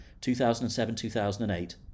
2007-2008